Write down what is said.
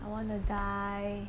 I wanna dye